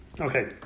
Okay